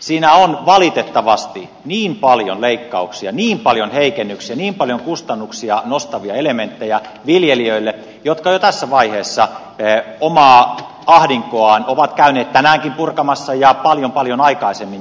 siinä on valitettavasti niin paljon leikkauksia niin paljon heikennyksiä niin paljon kustannuksia nostavia elementtejä viljelijöille jotka jo tässä vaiheessa omaa ahdinkoaan ovat käyneet purkamassa tänäänkin ja jo paljon paljon aikaisemmin